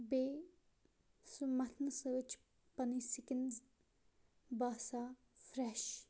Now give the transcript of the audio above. بیٚیہِ سُہ مَتھنہٕ سۭتۍ چھِ پَنٕنۍ سِکِن باسان فریٚش